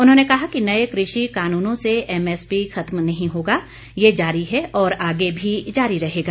उन्होंने कहा कि नए कृषि कानूनों से एमएसपी खत्म नहीं होगा ये जारी है और आगे भी जारी रहेगा